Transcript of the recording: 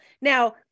Now